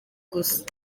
gusa